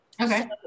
Okay